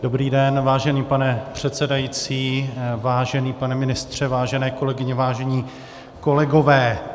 Dobrý den, vážený pane předsedající, vážený pane ministře, vážené kolegyně, vážení kolegové.